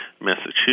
Massachusetts